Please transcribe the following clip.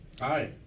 Hi